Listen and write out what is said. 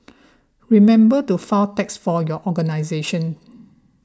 remember to file tax for your organisation